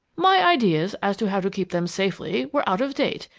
my ideas as to how to keep them safely were out of date,